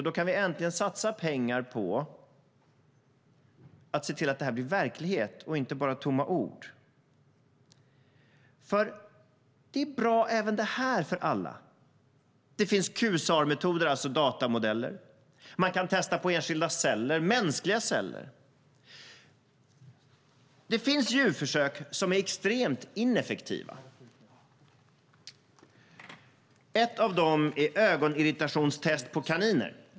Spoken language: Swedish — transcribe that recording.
Då kan vi äntligen satsa pengar på att se till att det blir verklighet och inte bara tomma ord. Även detta är bra för alla. Det finns quasar-metoder, det vill säga datamodeller. Det går att testa på enskilda celler, till exempel mänskliga celler. Det finns extremt ineffektiva djurförsök. Ett av dem är ögonirritationstest på kaniner.